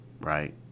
right